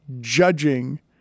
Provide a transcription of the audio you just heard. judging